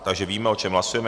Takže víme, o čem hlasujeme.